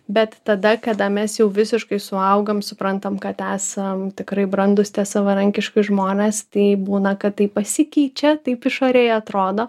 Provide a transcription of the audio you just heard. bet tada kada mes jau visiškai suaugam suprantam kad esam tikrai brandūs tie savarankiški žmonės tai būna kad taip pasikeičia taip išorėje atrodo